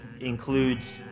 includes